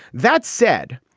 that said,